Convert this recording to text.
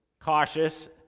cautious